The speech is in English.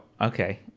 okay